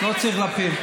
לא צריך להתחיל,